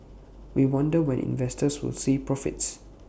we wonder when investors will see profits